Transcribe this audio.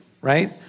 right